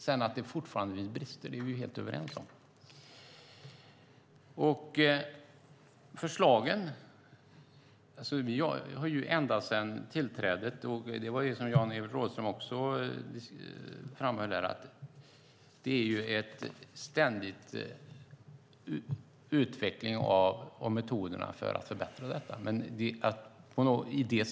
Men att det fortfarande finns brister är vi helt överens om. Precis som Jan-Evert Rådhström framhöll pågår en ständig utveckling av metoder för att förbättra situationen.